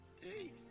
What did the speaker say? Hey